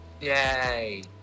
Yay